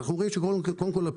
קודם כול,